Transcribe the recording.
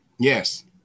Yes